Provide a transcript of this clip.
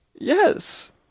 Yes